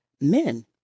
men